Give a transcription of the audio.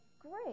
Great